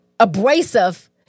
abrasive